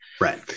Right